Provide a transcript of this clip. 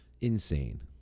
Insane